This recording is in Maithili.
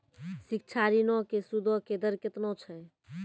शिक्षा ऋणो के सूदो के दर केतना छै?